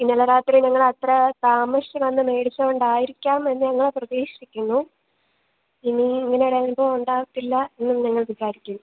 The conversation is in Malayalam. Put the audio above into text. ഇന്നലെ രാത്രി ഞങ്ങളത്ര താമസിച്ച് വന്ന് മേടിച്ചതുകൊണ്ടായിരിക്കാം എന്ന് ഞങ്ങൾ പ്രതീക്ഷിക്കുന്നു ഇനിയും ഇങ്ങനെയൊരനുഭവം ഉണ്ടാവത്തില്ല എന്നും ഞങ്ങൾ വിചാരിക്കുന്നു